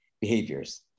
behaviors